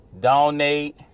donate